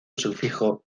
sufijo